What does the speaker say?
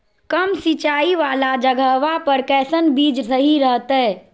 कम सिंचाई वाला जगहवा पर कैसन बीज सही रहते?